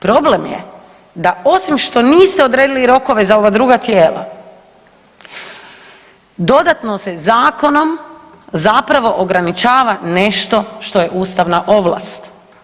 Problem je da osim što niste odredili rokove za ova druga tijela, dodatno se zakonom zapravo ograničava nešto što je ustavna ovlast.